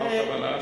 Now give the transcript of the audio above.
מה הכוונה?